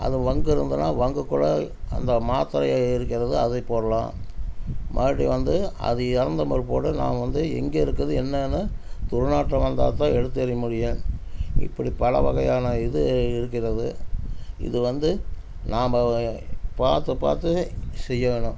அது வங்கு இருந்ததுனா வங்குக்குள்ளே அந்த மாத்திரைகள் இருக்கிறது அதை போடலாம் மறுபடியும் வந்து அதை இறந்த மறுப்போடு நாம் வந்து எங்கே இருக்குது என்னனு துர்நாற்றம் வந்தால் தான் எடுத்தெறிய முடியும் இப்டி பல வகையான இது இருக்கிறது இது வந்து நாம் அவை பார்த்து பார்த்து செய்யணும்